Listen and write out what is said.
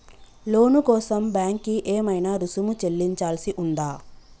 లోను కోసం బ్యాంక్ కి ఏమైనా రుసుము చెల్లించాల్సి ఉందా?